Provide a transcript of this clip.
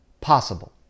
possible